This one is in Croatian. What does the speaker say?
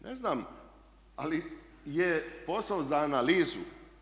Ne znam, ali je posao za analizu.